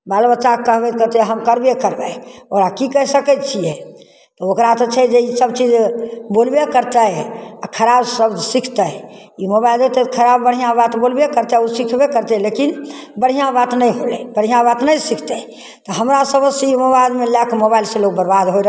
बाल बच्चाकेँ कहबै तऽ कहतै हम करबे करबै ओकरा की कहि सकै छियै ओकरा तऽ छै जे इसभ चीज बोलबे करतै आ खराब शब्द सिखतै ई मोबाइले तऽ खराब बढ़िआँ बात बोलबे करतै ओ सिखबे करतै लेकिन बढ़िआँ बात नहि होलै बढ़िआँ बात नहि सिखतै तऽ हमरा समझसँ ई मोबाइलमे लऽ कऽ मोबाइलसँ लोक बरबाद होय रहलै